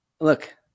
Look